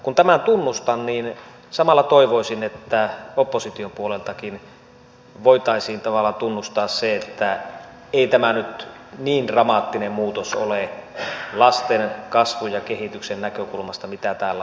kun tämän tunnustan niin samalla toivoisin että opposition puoleltakin voitaisiin tavallaan tunnustaa se että ei tämä nyt niin dramaattinen muutos ole lasten kasvun ja kehityksen näkökulmasta mitä täällä on maalailtu